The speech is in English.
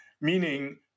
Meaning